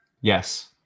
Yes